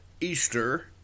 Easter